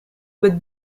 with